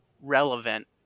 relevant